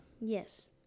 Yes